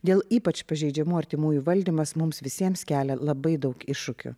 dėl ypač pažeidžiamų artimųjų valdymas mums visiems kelia labai daug iššūkių